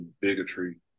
bigotry